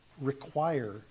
require